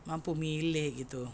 mampu milik gitu